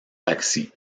taxi